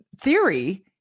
theory